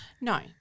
No